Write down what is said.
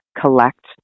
collect